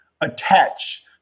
attach